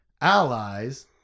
Allies